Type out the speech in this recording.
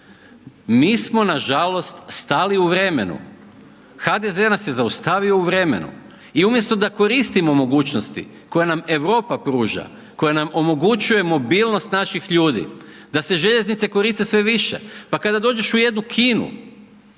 Mi smo nažalost stali u vremenu, HDZ nas je zaustavio u vremenu i umjesto da koristimo mogućnosti koje nam Europa pruža, koja nam omogućuje mobilnost naših ljudi, da e željeznice koriste sve više. Pa kada dođeš u jednu Kinu,